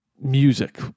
music